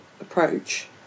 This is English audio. approach